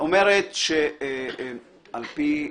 אומרת שלפי הכתוב,